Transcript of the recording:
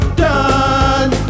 done